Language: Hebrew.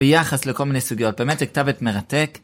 ביחס לכל מיני סוגיות. באמת, זה כתב עת מרתק.